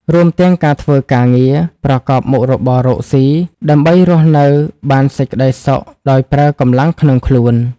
រួមទាំងកាធ្វើការរងារ ប្រកបមុខរបរកស៊ី ដើម្បីរស់នៅបានសេចក្ដីសុខដោយប្រើកម្លាំងក្នុងខ្លួន។